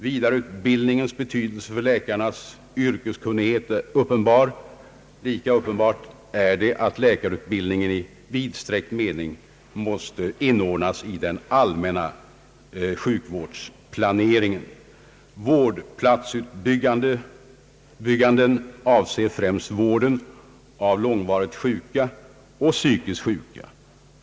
Vidareutbildningens betydelse för läkarnas yrkeskunnighet är uppenbar. Lika uppenbart är att läkarutbildningen i vidsträckt mening måste inordnas i den allmänna sjukvårdsplaneringen. Vårdplatsutbyggandet avser främst vården av långvarigt och psykiskt sjuka.